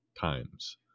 times